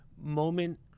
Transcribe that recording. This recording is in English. moment